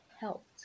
helped